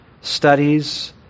studies